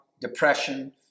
depression